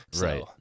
Right